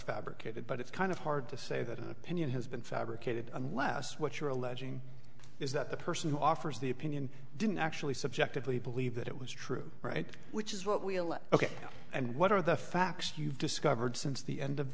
fabricated but it's kind of hard to say that an opinion has been fabricated unless what you're alleging is that the person who offers the opinion didn't actually subjectively believe that it was true right which is what we elect ok and what are the facts you've discovered since the end of